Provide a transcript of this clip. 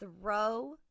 throw-